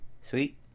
Sweet